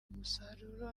umusaruro